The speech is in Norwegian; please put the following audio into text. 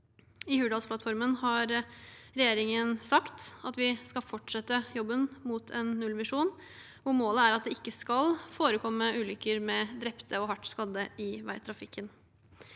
I Hurdalsplattformen har regjeringen sagt at vi skal fortsette jobben mot en nullvisjon. Målet er at det ikke skal forekomme ulykker med drepte og hardt skadde i veitrafikken.